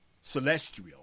celestial